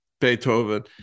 Beethoven